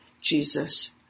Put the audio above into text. Jesus